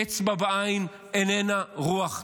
אצבע בעין איננה רוח טובה.